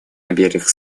обеих